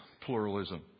pluralism